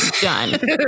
done